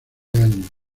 años